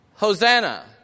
Hosanna